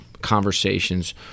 conversations